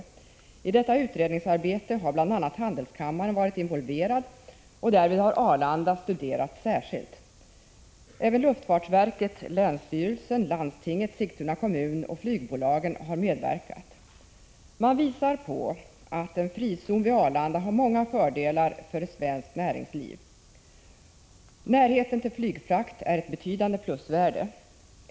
I detta utredningsarbete har bl.a. handelskammaren varit involverad, och därvid har Arlanda studerats särskilt. Även luftfartsverket, länsstyrelsen, landstinget, Sigtuna kommun och flygbolagen har medverkat. Man visar på att en frizon vid Arlanda har många fördelar för svenskt näringsliv. Närheten till flygfrakt är ett betydande plusvärde.